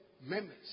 members